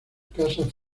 casas